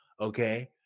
Okay